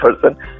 person